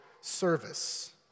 service